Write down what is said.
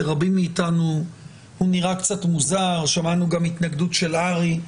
לרבים מאתנו הוא נראה קצת מוזר ושמענו גם התנגדות של הר"י.